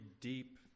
deep